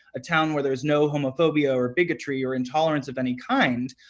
a town where there's no homophobia or bigotry or intolerance of any kind.